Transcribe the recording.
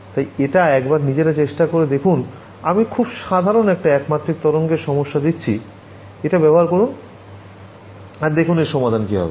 তাই এটা একবার নিজেরা চেষ্টা করে দেখুন আমি খুব সাধারণ একটা একমাত্রিক তরঙ্গ এর সমস্যা দিচ্ছি এটা ব্যবহার করুন আর দেখুন এর সমাধান কি হবে